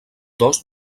dos